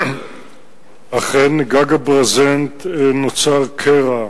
אכן, גג הברזנט, נוצר קרע